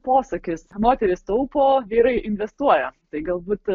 posakis moterys taupo vyrai investuoja tai galbūt